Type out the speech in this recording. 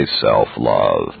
self-love